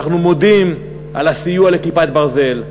ואנחנו מודים על הסיוע ל"כיפת ברזל"